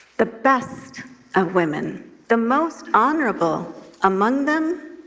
the best of women, the most honorable among them